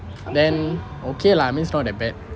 then okay lah means not that bad